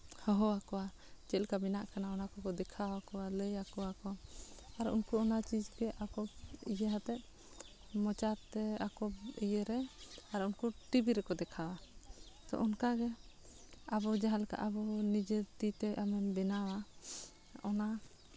ᱦᱚᱦᱚ ᱟᱠᱚᱣᱟ ᱪᱮᱫ ᱞᱮᱠᱟ ᱵᱮᱱᱟᱜ ᱠᱟᱱᱟ ᱚᱱᱟ ᱠᱚᱠᱚ ᱫᱮᱠᱷᱟᱣ ᱟᱠᱚᱣᱟ ᱞᱟᱹᱭ ᱟᱠᱚᱣᱟ ᱠᱚ ᱟᱨ ᱩᱱᱠᱩ ᱚᱱᱟ ᱪᱤᱡᱽ ᱜᱮ ᱟᱠᱚ ᱤᱭᱟᱹ ᱟᱛᱮᱫ ᱢᱚᱪᱟ ᱛᱮ ᱟᱠᱚ ᱤᱭᱟᱹᱨᱮ ᱟᱨ ᱩᱱᱠᱩ ᱴᱤᱵᱷᱤ ᱨᱮᱠᱚ ᱫᱮᱠᱷᱟᱣᱟ ᱛᱳ ᱟᱵᱚ ᱚᱱᱠᱟ ᱟᱵᱚ ᱡᱟᱦᱟᱸ ᱞᱮᱠᱟ ᱟᱵᱚ ᱱᱤᱡᱮ ᱛᱤ ᱛᱮ ᱟᱢᱮᱢ ᱵᱮᱱᱟᱣᱟ ᱚᱱᱟ